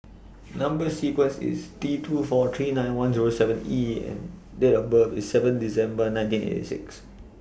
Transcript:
Number sequence IS T two four three nine one Zero seven E and Date of birth IS seven December nineteen eighty six